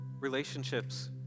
relationships